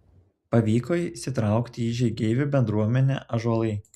pavyko įsitraukti į žygeivių bendruomenę ąžuolai